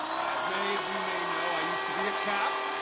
as many of you may know, i used to be a cop.